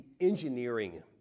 engineering